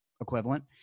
equivalent